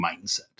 mindset